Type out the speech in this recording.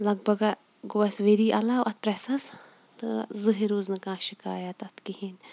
لگ بگہ گوٚو اَسہِ ؤری علاوٕ اَتھ پرٛٮ۪سَس تہٕ زٕہٕنۍ روٗز نہٕ کانٛہہ شِٕکایت تَتھ کِہیٖنۍ